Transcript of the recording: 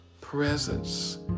presence